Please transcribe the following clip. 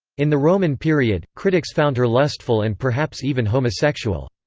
in the roman period, critics found her lustful and perhaps even homosexual.